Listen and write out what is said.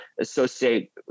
associate